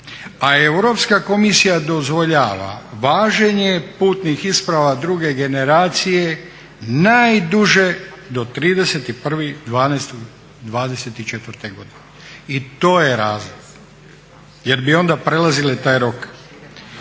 A Europska komisija dozvoljava važenje putnih isprava druge generacije najduže do 31.12.2024. godine. I to je razlog, jer bi onda prelazile taj rok.